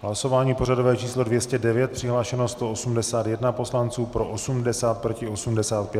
V hlasování pořadové číslo 209 přihlášeno 181 poslanců, pro 80, proti 85.